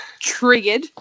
triggered